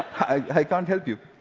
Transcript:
i can't help you.